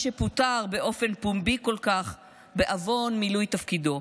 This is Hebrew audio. שפוטר באופן פומבי כל כך בעוון מילוי תפקידו.